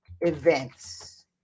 events